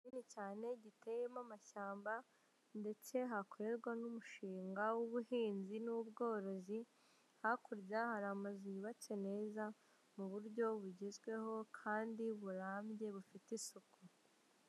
Ni hanini cyane giteyemo amashyamba ndetse hakorerwa n'umushinga w'ubuhinzi n'ubworozi hakurya hari amazu yubatse meza mu buryo bugezweho kandi burambye bufite isuku.